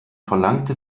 verlangte